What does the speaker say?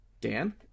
Dan